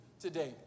today